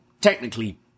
technically